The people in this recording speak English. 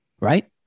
right